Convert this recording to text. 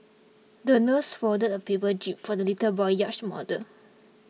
the nurse folded a paper jib for the little boy's yacht model